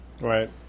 Right